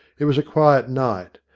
it was a quiet night,